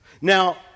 Now